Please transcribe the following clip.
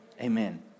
Amen